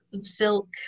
silk